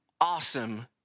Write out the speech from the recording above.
awesome